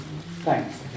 thanks